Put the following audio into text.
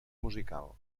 musical